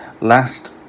last